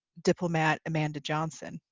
diplomat, amanda johnson,